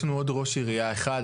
יש לנו עוד ראש עירייה אחד,